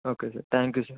okay sir thank you sir